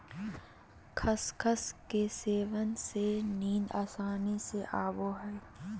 खसखस के सेवन से नींद आसानी से आवय हइ